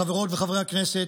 חברות וחברי הכנסת,